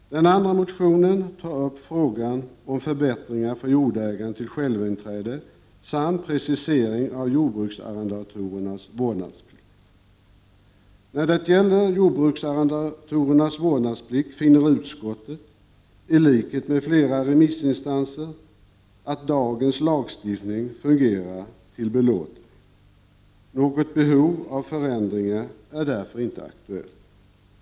Den andra motionen tar upp frågan om förbättringar för jordägaren till självinträde samt precisering av jordbruksarrendatorernas vårdnadsplikt. När det gäller jordbruksarrendatorernas vårdnadsplikt finner utskottet, i likhet med flera remissinstanser, att dagens lagstiftning fungerar till belåtenhet. Något behov av förändringar är därför inte aktuellt.